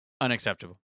Unacceptable